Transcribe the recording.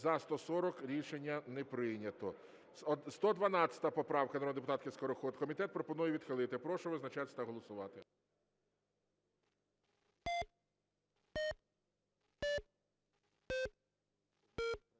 За – 140. Рішення не прийнято. 112 поправка народної депутатки Скороход. Комітет пропонує відхилити. Прошу визначатись та голосувати.